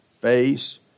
face